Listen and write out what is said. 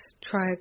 try